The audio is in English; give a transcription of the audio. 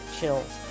chills